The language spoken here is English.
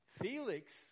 Felix